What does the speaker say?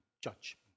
Judge